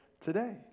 today